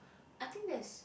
I think there's